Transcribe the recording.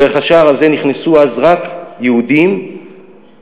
דרך השער הזה נכנסו אז רק יהודים וחזירים,